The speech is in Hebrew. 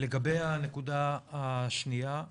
לגבי הנקודה השנייה,